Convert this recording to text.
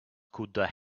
could